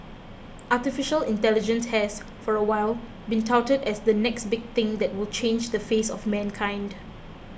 Artificial Intelligence has for a while been touted as the next big thing that will change the face of mankind